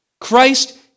Christ